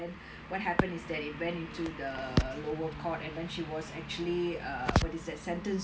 what happen is that he went into the lower court and then she was actually err what is that sentenced to